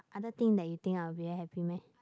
other thing that you think I'll be very happy meh